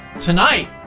Tonight